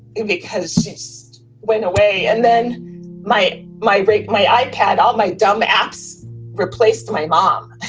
it because she just went away. and then my. my break, my ipod, all my dumb apps replaced my mom,